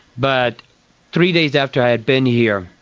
but three days after i had been here,